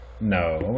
no